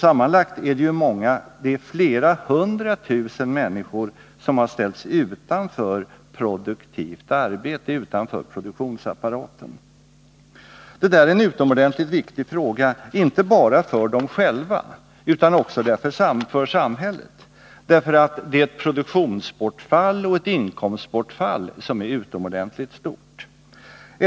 Sammanlagt är det flera hundra tusen människor som har ställts utanför produktivt arbete, utanför den vanliga produktionsapparaten. Det här är en utomordentligt viktig fråga, inte bara för de arbetslösa själva utan också för samhället, därför att arbetslösheten medför ett produktionsbortfall och ett inkomstbortfall som är utomordentligt stort.